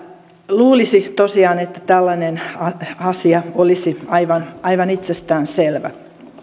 luulisi tosiaan että tällainen asia olisi aivan aivan itsestään selvä